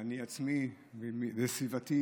אני עצמי וסביבתי,